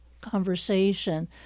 conversation